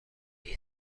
you